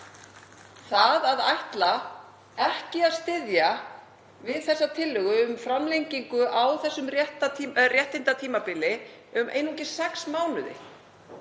Að ætla ekki að styðja við tillögu um framlengingu á þessu réttindatímabili um einungis sex mánuði